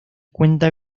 cuenta